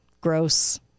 gross